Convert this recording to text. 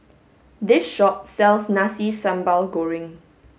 this shop sells Nasi Sambal Goreng